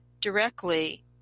directly